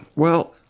well,